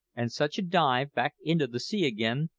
and such a dive back into the sea again,